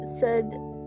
said-